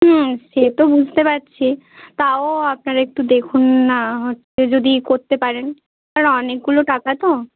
হুম সে তো বুঝতে পারছি তাও আপনারা একটু দেখুন না হচ্ছে যদি করতে পারেন আর অনেকগুলো টাকা তো